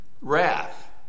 Wrath